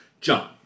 John